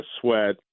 sweat